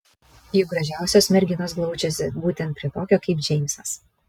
juk gražiausios merginos glaudžiasi būtent prie tokio kaip džeimsas